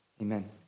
Amen